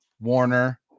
warner